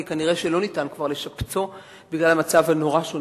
כי כנראה שלא ניתן כבר לשפצו בגלל מצבו הנורא.